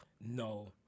No